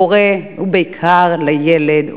להורה ובעיקר לילד,